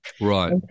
Right